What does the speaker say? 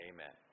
Amen